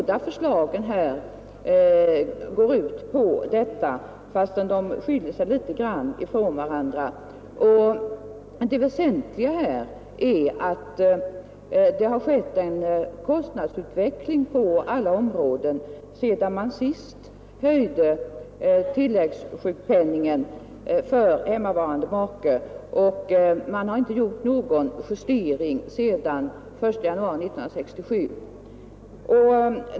Det väsentliga här är att det sedan man sist höjde tilläggssjukpenningen för hemmavarande make har skett en kostnadsutveckling på alla områden; men man har inte gjort någon justering av sjukpenningen sedan den 1 januari 1967.